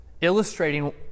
illustrating